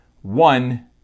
One